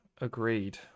Agreed